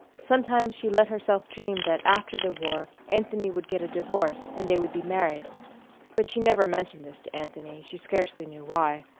sometimes she let herself dream that after the war anthony would get a divorce and they would be married but she never mentioned this to anthony, she scarcely knew why.